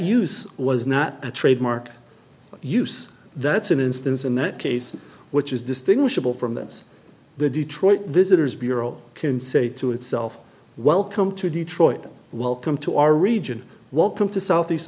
use was not a trademark use that's an instance in that case which is distinguishable from this the detroit visitors bureau can say to itself welcome to detroit and welcome to our region walked into southeast